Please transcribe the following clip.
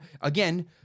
again